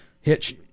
hitch